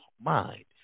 mind